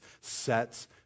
sets